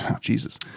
Jesus